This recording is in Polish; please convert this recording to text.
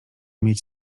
mieć